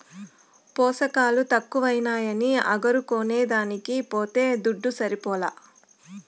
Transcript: పోసకాలు తక్కువైనాయని అగరు కొనేదానికి పోతే దుడ్డు సరిపోలా